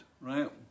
right